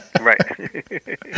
Right